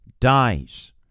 dies